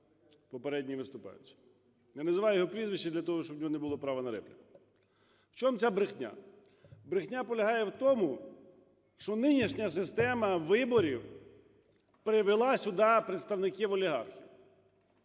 не називаю його прізвища для того, щоб у нього не було права на репліку. В чому ця брехня? Брехня полягає в тому, що нинішня система виборів привела сюди представників олігархів.